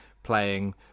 Playing